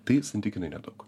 tai santykinai nedaug